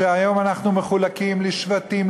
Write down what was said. היום אנחנו מחולקים לשבטים,